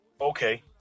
Okay